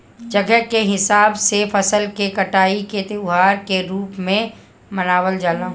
जगह के हिसाब से फसल के कटाई के त्यौहार के रूप में मनावल जला